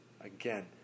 Again